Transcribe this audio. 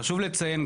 חשוב לציין,